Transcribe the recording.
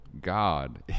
God